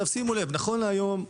שימו לב, נכון להיום,